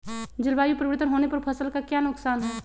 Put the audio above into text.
जलवायु परिवर्तन होने पर फसल का क्या नुकसान है?